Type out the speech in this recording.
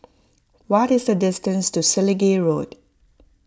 what is the distance to Selegie Road